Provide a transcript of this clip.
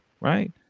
right